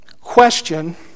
question